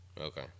Okay